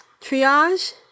triage